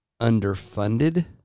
underfunded